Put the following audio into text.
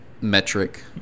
metric